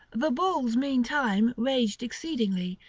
the bulls meantime raged exceedingly,